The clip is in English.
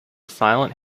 silent